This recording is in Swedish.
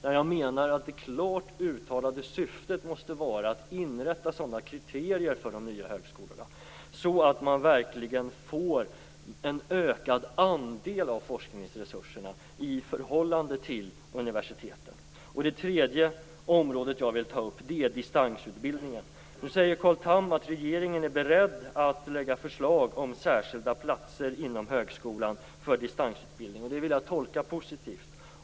Där menar jag att det klart uttalade syftet måste vara att inrätta sådana kriterier för de nya högskolorna att man verkligen får en ökad andel av forskningsresurserna i förhållande till universiteten. Det tredje området jag vill ta upp är distansutbildningen. Nu säger Carl Tham att regeringen är beredd att lägga fram förslag om särskilda platser inom högskolan för distansutbildning. Det vill jag tolka positivt.